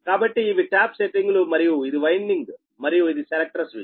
కాబట్టి ఇవి ట్యాప్ సెట్టింగులు మరియు ఇది వైండింగ్ మరియు ఇది సెలెక్టర్ స్విచ్